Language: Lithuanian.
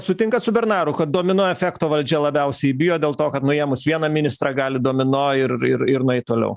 sutinkat su bernaru kad domino efekto valdžia labiausiai bijo dėl to kad nuėmus vieną ministrą gali domino ir ir ir nueit toliau